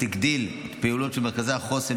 הגדיל את הפעילות של מרכזי החוסן,